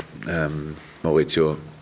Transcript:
Maurizio